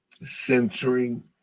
Censoring